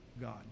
God